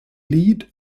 lead